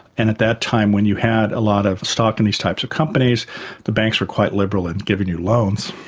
and at that time when you had a lot of stock in these types of companies the banks were quite liberal in giving you loans,